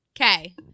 Okay